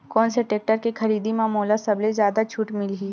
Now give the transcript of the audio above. कोन से टेक्टर के खरीदी म मोला सबले जादा छुट मिलही?